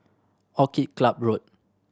Orchid Club Road